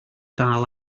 dal